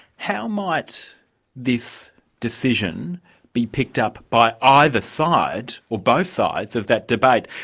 how might this decision be picked up by either side, or both sides, of that debate?